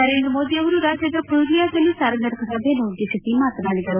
ನರೇಂದ್ರ ಮೋದಿ ಅವರು ರಾಜ್ಯದ ಪುರುಲಿಯಾದಲ್ಲೂ ಸಾರ್ವಜನಿಕ ಸಭೆಯನ್ನುದ್ದೇಶಿಸಿ ಮಾತನಾಡಿದರು